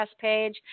page